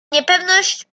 niepewność